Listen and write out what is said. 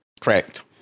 Correct